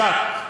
ג'ת,